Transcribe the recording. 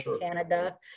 Canada